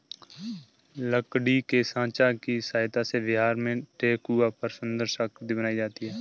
लकड़ी के साँचा की सहायता से बिहार में ठेकुआ पर सुन्दर आकृति बनाई जाती है